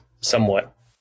somewhat